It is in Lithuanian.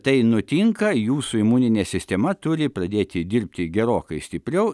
tai nutinka jūsų imuninė sistema turi pradėti dirbti gerokai stipriau